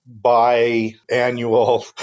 bi-annual